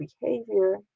behavior